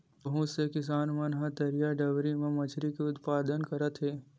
बहुत से किसान मन ह तरईया, डबरी म मछरी के उत्पादन करत हे